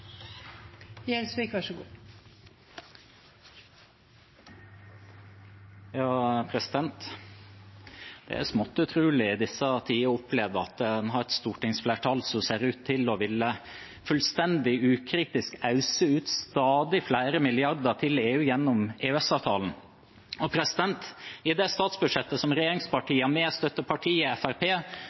disse tider å oppleve at en har et stortingsflertall som fullstendig ukritisk ser ut til å ville øse ut stadig flere milliarder til EU gjennom EØS-avtalen. I det statsbudsjettet som regjeringspartiene, med